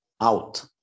out